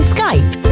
Skype